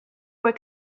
were